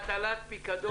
הוא מתנגד להטלת פיקדון.